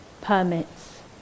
permits